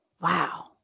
Wow